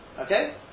Okay